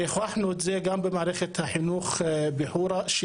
הוכחנו את זה גם במערכת החינוך בחורה.